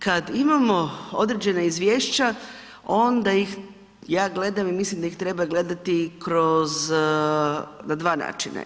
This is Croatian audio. Kada imamo određena izvješća onda ih ja gledam i mislim da ih treba gledati na dva načina.